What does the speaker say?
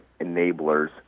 enablers